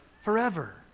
forever